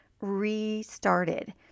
restarted